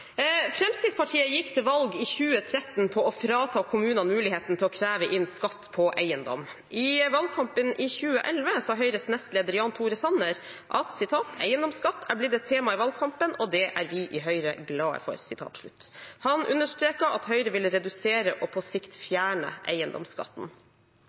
Fremskrittspartiet gikk til valg i 2013 på å frata kommunene muligheten til å kreve inn skatt på eiendom. I valgkampen i 2011 sa Høyres nestleder Jan Tore Sanner: «Eiendomsskatt er blitt et tema i valgkampen, og det er vi i Høyre glade for.» Han understreket at Høyre ville «redusere og på sikt